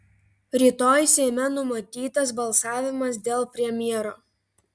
rytoj seime numatytas balsavimas dėl premjero